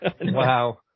Wow